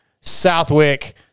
Southwick